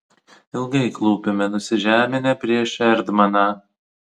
ilgai klūpime nusižeminę prieš erdmaną